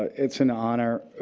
it's an honor.